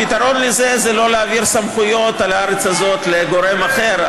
הפתרון לזה הוא לא להעביר סמכויות על הארץ הזאת לגורם אחר,